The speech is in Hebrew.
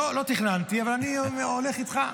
לא תכננתי, אבל אני הולך איתך.